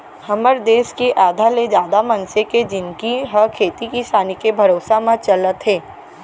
हमर देस के आधा ले जादा मनसे के जिनगी ह खेती किसानी के भरोसा म चलत हे